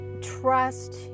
trust